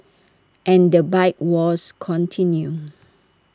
and the bike wars continue